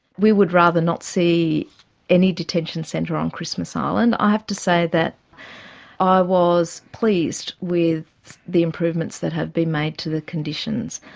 we would rather not see any detention centre on christmas island. i have to say that i was pleased with the improvements that have been made to the conditions.